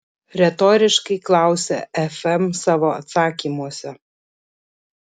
retoriškai klausia fm savo atsakymuose